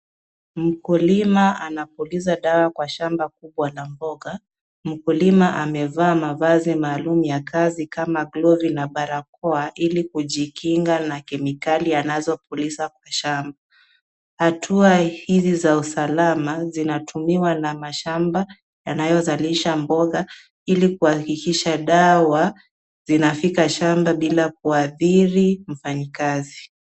Mkulima anapuliza dawa kwa shamba kubwa la mboga, mkulima amevaa mavazi maalum ya kazi kama glovu na barakoa ili kujikinga na kemikali anazopuliza kwa shamba. Hatua hizi za usalama zinatumiwa na mashamba yanayolazisha mboga ili kuhakikisha dawa zinafika shamba bila kuathiri mfanyikazi.